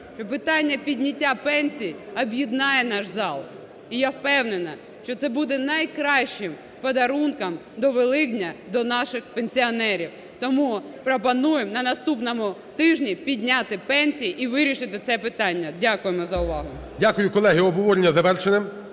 питання підняття пенсій об'єднає наш зал. І я впевнена, що це буде найкращим подарунком до Великодня до наших пенсіонерів. Тому пропоную на наступному тижні підняти пенсії і вирішити це питання. Дякуємо за увагу.